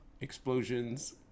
explosions